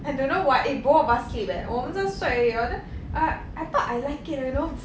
I don't know what eh both of us sleep leh 我们真的是睡而已咯 then err I thought I like it leh you know